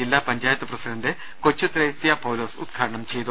ജില്ലാ പഞ്ചായത്ത് പ്രസിഡന്റ് കൊച്ചുത്രേസ്യ പൌലോസ് ഉദ്ഘാടനം ചെയ്തു